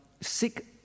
seek